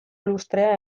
lustrea